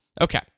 Okay